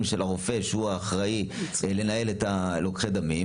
של הרופא שהוא האחראי לנהל את לוקחי הדמים